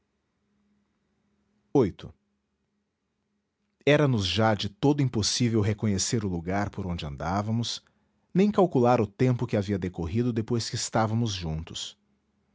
viver eternamente era nos já de todo impossível reconhecer o lugar por onde andávamos nem calcular o tempo que havia decorrido depois que estávamos juntos